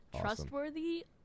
Trustworthy